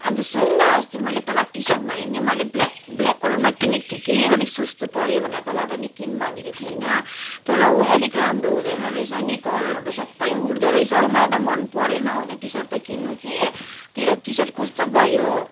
अन्त सुन न अस्ति मैले तँलाई टिसर्ट भने नि मैले ब्ल्याक ब्ल्याक कलरमा किनेको थिएँ कि अलिक सस्तो पऱ्यो भनेर तँलाई पनि किन भनेको थिएँ होइन तर ओई अलिक राम्रो हुँदैन रहेछ नि कलरहरू सबै उड्दोरहेछ हौ मलाई त मनपरेन हौ त्यो टिसर्ट किन्नु कि तेरो टिसर्ट कस्तो भयो